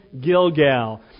Gilgal